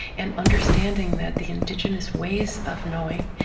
and understanding that the indigenous ways of knowing,